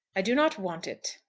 i do not want it.